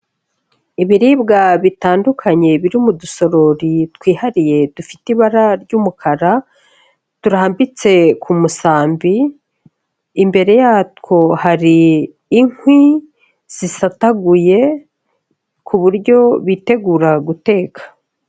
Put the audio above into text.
Ibiribwa bitandukanye biri mu dusorori twihariye dufite ibara ry'umukara turambitse ku musambi, imbere yatwo hari inkwi zisataguye ku buryo bitegura guteka.